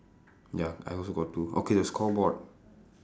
ya I also got two okay the scoreboard